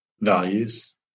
values